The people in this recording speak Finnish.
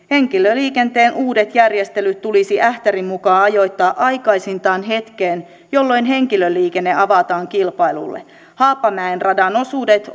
henkilöliikenteen uudet järjestelyt tulisi ähtärin mukaan ajoittaa aikaisintaan hetkeen jolloin henkilöliikenne avataan kilpailulle haapamäen radan osuudet